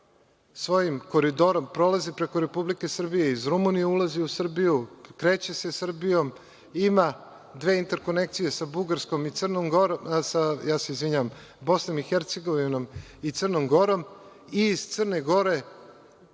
Svojim koridorom prolazi preko Republike Srbije, iz Rumunije ulazi u Srbiju, kreće se Srbijom, ima dve interkonekcije sa Bosnom i Hercegovinom i Crnom Gorom i iz Crne Gore